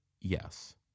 yes